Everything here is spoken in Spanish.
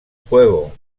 juego